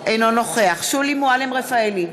אינו נוכח שולי מועלם-רפאלי,